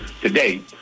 today